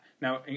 Now